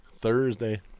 thursday